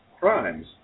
crimes